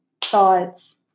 thoughts